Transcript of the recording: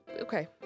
okay